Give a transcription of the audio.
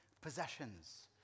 possessions